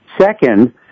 second